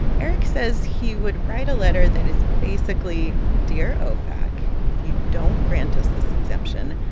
erich says he would write a letter that is basically, dear ofac, if you don't grant us this exemption,